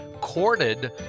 courted